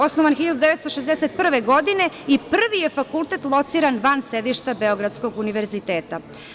Osnovan je 1961. godine i prvi je fakultet lociran van sedišta beogradskog univerziteta.